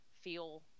feel